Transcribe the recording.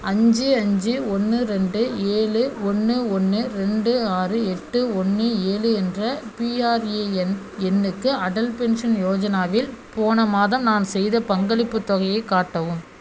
அஞ்சு அஞ்சு ஒன்று ரெண்டு ஏழு ஒன்று ஒன்று ரெண்டு ஆறு எட்டு ஒன்று ஏழு என்ற பிஆர்ஏஎன் எண்ணுக்கு அடல் பென்ஷன் யோஜனாவில் போன மாதம் நான் செய்த பங்களிப்புத் தொகையை காட்டவும்